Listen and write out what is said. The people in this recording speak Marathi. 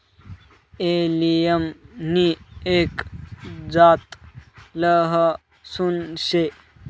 एलियम नि एक जात लहसून शे